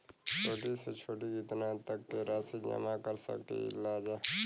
छोटी से छोटी कितना तक के राशि जमा कर सकीलाजा?